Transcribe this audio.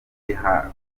biragora